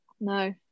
no